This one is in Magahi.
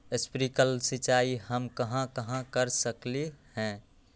स्प्रिंकल सिंचाई हम कहाँ कहाँ कर सकली ह?